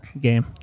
game